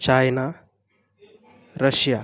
China Russia